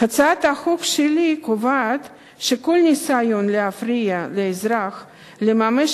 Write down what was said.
הצעת החוק שלי קובעת שכל ניסיון להפריע לאזרח לממש